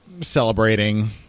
celebrating